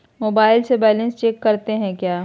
Mobile से balance check करते हैं क्या?